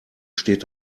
steht